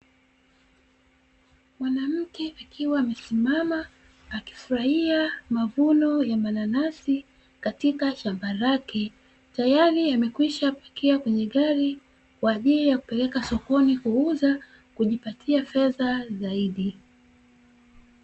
Mwanamke akiwa amesimama, akifurahia mavuno ya mananasi katika shamba lake, tayari amekwishapakia kwenye gari kwa ajili ya kupeleka sokoni kuuza kujipatia fedha zaidi.